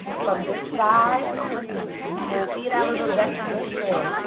from this side you can get a little definition